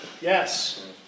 Yes